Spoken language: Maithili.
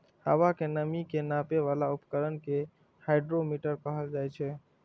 हवा के नमी के नापै बला उपकरण कें हाइग्रोमीटर कहल जाइ छै